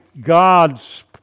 God's